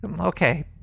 Okay